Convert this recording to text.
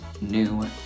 new